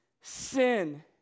Sin